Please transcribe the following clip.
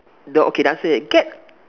the okay the answer is get